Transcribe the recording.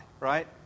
Right